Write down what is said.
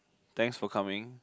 thanks for coming